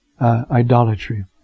Idolatry